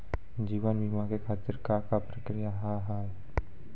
जीवन बीमा के खातिर का का प्रक्रिया हाव हाय?